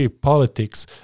politics